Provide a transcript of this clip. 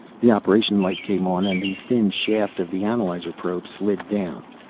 the operation light came on and the thin shaft of the analyzer probe slid down.